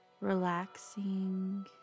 relaxing